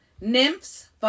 Nymphs